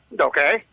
Okay